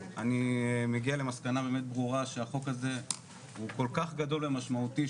אני מגיע למסקנה ברורה שהחוק הזה הוא כל כך גדול ומשמעותי,